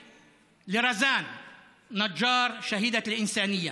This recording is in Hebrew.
רזאן נג'אר, השהידה של האנושיות,